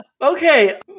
Okay